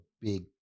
big